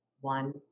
one